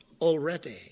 already